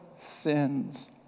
sins